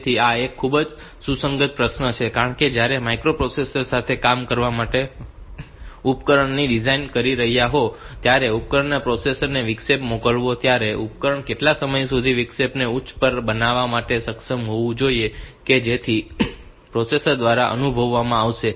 તેથી આ એક ખૂબ જ સુસંગત પ્રશ્ન છે કારણ કે જ્યારે તમે માઇક્રોપ્રોસેસર સાથે કામ કરવા માટે ઉપકરણને ડિઝાઇન કરી રહ્યાં હોવ અને ઉપકરણ પ્રોસેસર ને વિક્ષેપ મોકલશે ત્યારે ઉપકરણ કેટલા સમય સુધી તે વિક્ષેપને ઉચ્ચ પર બનાવવા માટે સક્ષમ હોવું જોઈએ કે જેથી તે પ્રોસેસર દ્વારા અનુભવવામાં આવશે